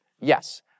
Yes